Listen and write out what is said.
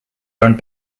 owned